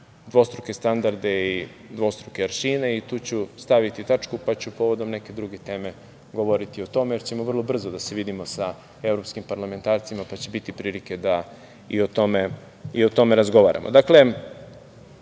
dvostruke standarde i dvostruke aršine i tu ću staviti tačku, pa ću povodom neke druge teme govoriti o tome, jer ćemo vrlo brzo da se vidimo sa evropskim parlamentarcima pa će biti prilike da i o tome razgovaramo. Dakle,